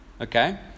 Okay